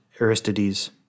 Aristides